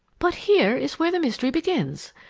but here is where the mystery begins.